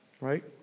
right